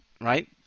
right